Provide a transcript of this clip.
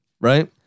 right